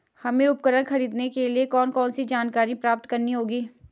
हमें उपकरण खरीदने के लिए कौन कौन सी जानकारियां प्राप्त करनी होगी?